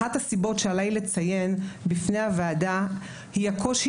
אחת הסיבות שעליי לציין בפני הוועדה היא הקושי